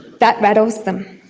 that rattles them,